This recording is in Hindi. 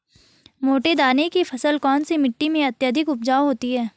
मोटे दाने की फसल कौन सी मिट्टी में अत्यधिक उपजाऊ होती है?